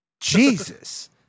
Jesus